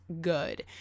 good